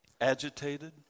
Agitated